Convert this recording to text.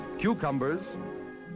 Cucumbers